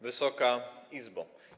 Wysoka Izbo!